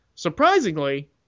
surprisingly